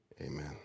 Amen